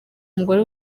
umugore